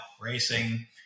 racing